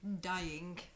Dying